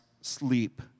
sleep